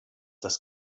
das